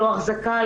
לא אחזקה,